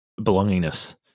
Belongingness